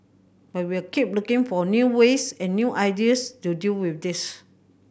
but we'll keep looking for new ways and new ideas to deal with this